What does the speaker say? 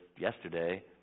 yesterday